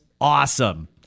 awesome